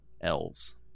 elves